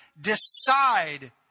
decide